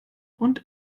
und